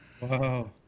Wow